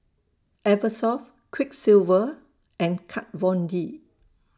Eversoft Quiksilver and Kat Von D